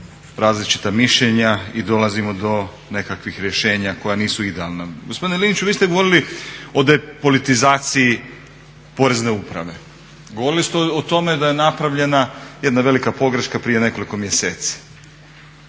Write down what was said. različita mišljenja i dolazimo do nekakvih rješenja koja nisu idealna. Gospodine Liniću, vi ste govorili o depolitizaciji Porezne uprave. Govorili ste o tome da je napravljena jedna velika pogreška prije nekoliko mjeseci.